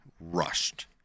rushed